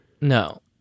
No